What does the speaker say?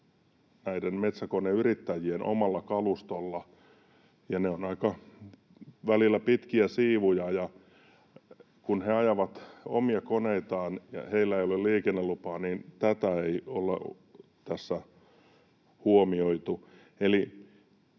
näiden metsäkoneyrittäjien omalla kalustolla, ja ne ovat välillä aika pitkiä siivuja, ja kun he ajavat omia koneitaan ja heillä ei ole liikennelupaa, niin tätä ei ole tässä huomioitu.